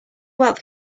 wealth